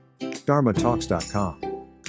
dharmatalks.com